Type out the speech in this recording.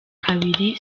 kabiri